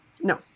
No